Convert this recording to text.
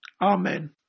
Amen